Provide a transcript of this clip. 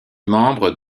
membre